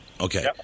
Okay